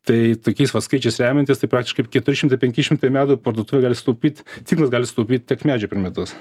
tai tokiais vat skaičiais remiantis tai praktiškai keturi šimtai penki šimtai metų parduotuvė gali sutaupyt ciklas gali sutaupyt tiek medžių per metus